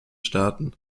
staaten